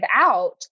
out